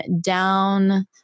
down